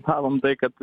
gavom tai kad